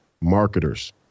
marketers